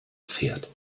pferd